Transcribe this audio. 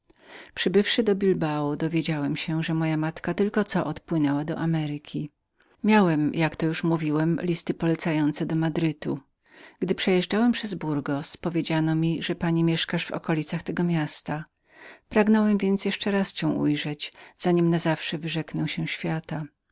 do bilbao dowiedziałem się że moja matka tylko co odpłynęła do ameryki miałem jak to już mówiłem listy polecające do madrytu przejeżdżając przez burgos powiedziano mi że pani mieszkasz w okolicach tego miasta pragnąłem więc raz jeszcze cię ujrzeć za nim na zawsze wyrzeknę się świata